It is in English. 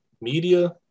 media